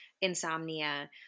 insomnia